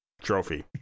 Trophy